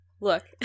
Look